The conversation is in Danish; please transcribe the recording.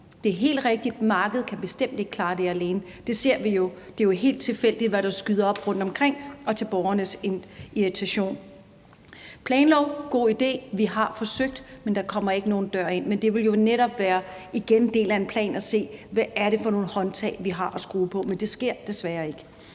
det er helt rigtigt, at markedet bestemt ikke kan klare det alene, det ser vi jo. Det er jo helt tilfældigt, hvad der skyder op rundtomkring og til borgernes irritation. En planlov er en god idé, og vi har forsøgt, men der kommer ikke nogen dør ind. Men det vil jo netop igen være en del af en plan at se på, hvad det er for nogle håndtag, vi har at skrue på. Men det sker desværre ikke.